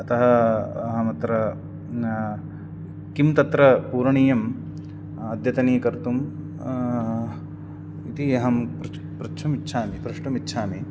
अतः अहमत्र किं तत्र पूरणीयम् अद्यतनीकर्तुम् इति अहं पृच्छं पृच्छामि इच्छामि प्रष्टुमिच्छामि